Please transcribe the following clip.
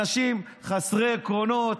אנשים חסרי עקרונות.